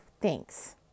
Thanks